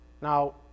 Now